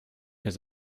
his